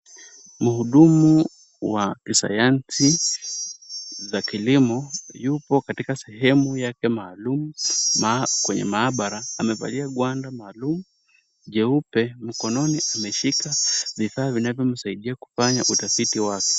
Mhudumu wa kisayansi cha kilimo yuko katika sehemu yake maalum kwenye maabara, amevalia gwada maalum jeupe, mkononi ameshika vifaa vinavyomsaidia kufanya utafiti wake.